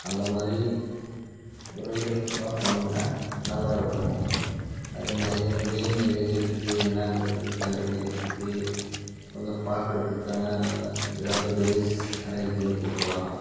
அந்த மாதிரி ஒரு ஹெல்ப்லாம் பண்ணால் நல்லாயிருக்கும் அதே மாதிரி இந்த மீன் எங்கே இருக்குது என்னங்கிறதுக்கு கண்டுபிடிக்கிறதுக்கு கொஞ்சம் பார்க்கறதுக்கான ஏதாவது டிவைஸ் அரேஞ்ச் பண்ணிக் கொடுக்கலாம்